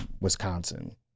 Wisconsin